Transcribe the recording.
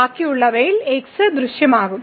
ബാക്കിയുള്ളവയിൽ x ദൃശ്യമാകും